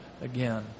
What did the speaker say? again